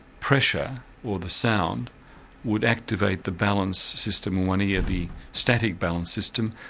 pressure or the sound would activate the balance system in one ear, the static balance system,